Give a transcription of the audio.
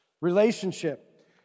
Relationship